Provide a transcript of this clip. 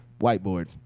Whiteboard